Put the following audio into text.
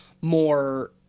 more